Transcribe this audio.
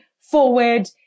forward